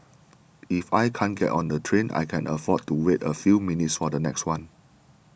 if I can't get on the train I can afford to wait a few minutes for the next one